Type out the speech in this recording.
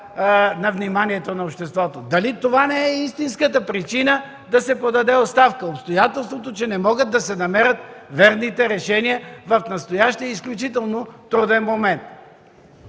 на вниманието на обществото. Дали това не е истинската причина да се подаде оставка – обстоятелството, че не могат да се намерят верните решения в настоящия изключително труден момент?!